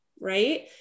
right